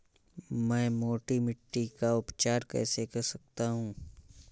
मैं मोटी मिट्टी का उपचार कैसे कर सकता हूँ?